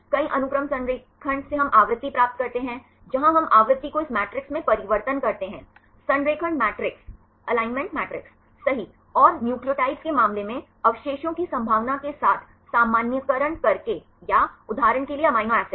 कई अनुक्रम संरेखण से हम आवृत्ति प्राप्त करते हैं जहां हम आवृत्ति को इस मैट्रिक्स में परिवर्त्तन करते हैं संरेखण मैट्रिक्स सही ओर न्यूक्लियोटाइड्स के मामले में अवशेषों की संभावना के साथ सामान्यीकरण करके या उदाहरण के लिए अमीनो एसिड